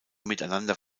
miteinander